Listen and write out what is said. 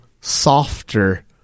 softer